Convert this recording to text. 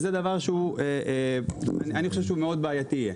וזה דבר שאני חושב שהוא יהיה מאוד בעייתי.